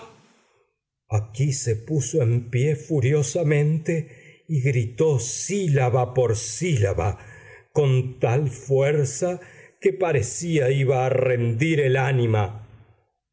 aquí se puso en pie furiosamente y gritó sílaba por sílaba con tal fuerza que parecía iba a rendir el ánima